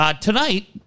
Tonight